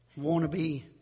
wannabe